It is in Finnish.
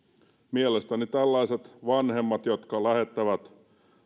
mielestäni tällaiset vanhemmat jotka lähettävät